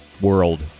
world